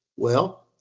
well,